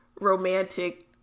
romantic